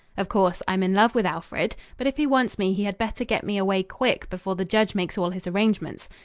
of course i'm in love with alfred, but if he wants me he had better get me away quick before the judge makes all his arrangements.